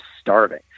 starving